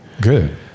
Good